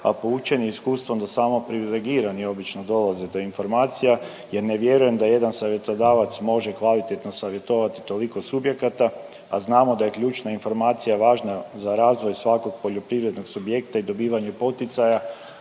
a poučeni iskustvom da samo privilegirani obično dolaze do informacija jer ne vjerujem da jedan savjetodavac može kvalitetno savjetovati toliko subjekata, a znamo da je ključna informacija važna za razvoj svakog poljoprivrednog subjekta i dobivanje poticaja